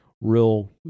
real